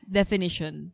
definition